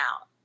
out